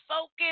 focus